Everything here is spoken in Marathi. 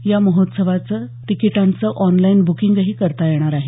या महोत्सवाच्या तिकिटांचं ऑनलाईन ब्रकिंगही करता येणार आहे